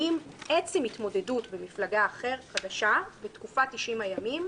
האם עצם התמודדות במפלגה חדשה בתקופת 90 הימים